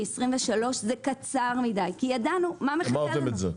23' זה קצר מדי כי ידענו מה מחכה לנו.